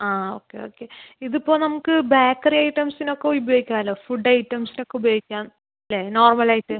ആ നമുക്ക് ഓക്കെ ഇത് ഇപ്പം നമ്മക്ക് ബേക്കറി ഐറ്റംസിന് ഒക്ക ഉപയോഗിക്കാമല്ലൊ ഫുഡ്ഡ് ഐറ്റംസിന് ഒക്കെ ഉപയോഗിക്കാം അല്ലെ നോർമൽ ആയിട്ട്